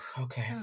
okay